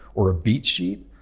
or a beat sheet.